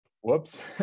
whoops